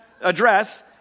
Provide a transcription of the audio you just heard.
address